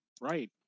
Right